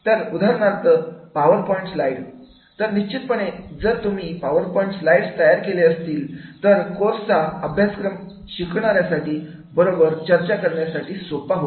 तर उदाहरणार्थ PowerPoint slide तर निश्चितपणे जर तुम्ही पॉवरपॉईंट स्लाईड्स तयार केले असतील तर कोर्सचा अभ्यासक्रम शिकणाऱ्या बरोबर चर्चा करण्यासाठी सोपा होईल